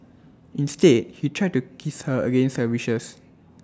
instead he tried to kiss her against her wishes